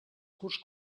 curs